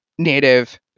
native